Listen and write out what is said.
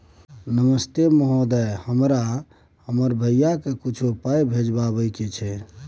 नमस्ते महोदय, हमरा हमर भैया के कुछो पाई भिजवावे के छै?